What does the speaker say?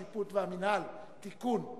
השיפוט והמינהל) (תיקון),